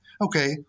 okay